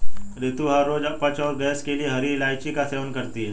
रितु हर रोज अपच और गैस के लिए हरी इलायची का सेवन करती है